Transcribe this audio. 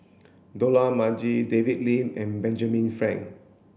Dollah Majid David Lim and Benjamin Frank